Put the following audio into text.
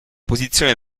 posizione